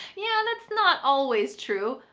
yeah, that's not always true.